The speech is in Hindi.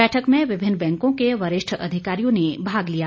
बैठक में विभिन्न बैंकों के वरिष्ठ अधिकारियों ने भाग लिया